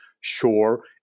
sure